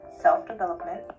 self-development